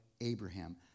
Abraham